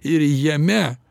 ir jame